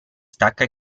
stacca